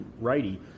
righty